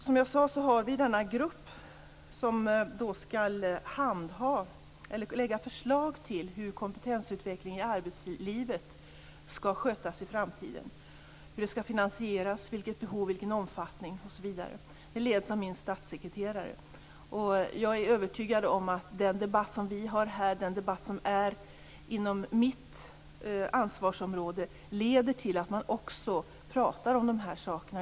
Som jag sade har vi en grupp som skall lägga fram förslag om hur kompetensutveckling i arbetslivet skall skötas i framtiden, hur den skall finansieras, vilket behov som finns, vilken omfattning den skall ha osv. Gruppen leds av min statssekreterare. Jag är övertygad om att den debatt som vi har här, den debatt som rör mitt ansvarsområde, leder till att man också pratar om de här sakerna.